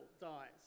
dies